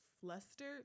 flustered